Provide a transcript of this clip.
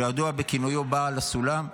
שידוע בכינויו "בעל הסולם",